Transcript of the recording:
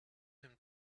him